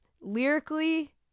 lyrically